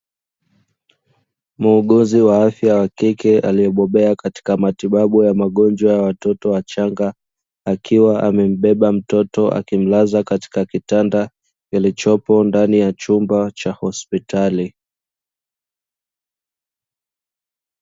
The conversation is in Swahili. Muuguzi wa afya wa kike, aliyebobea katika matibabu ya magonjwa ya watoto wachanga, akiwa amembeba mtoto, akimlaza katika kitanda kilichopo ndani ya chumba cha hospitali.